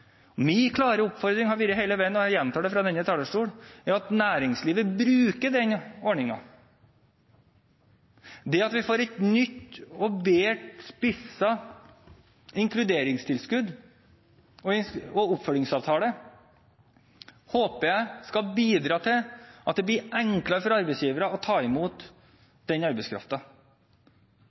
klare oppfordring har hele veien vært – og jeg gjentar det fra denne talerstolen – at næringslivet bruker den ordningen. Det at vi får et nytt og bedre spisset inkluderingstilskudd og en oppfølgingsavtale, håper jeg skal bidra til at det blir enklere for arbeidsgivere å ta